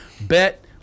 Bet